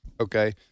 Okay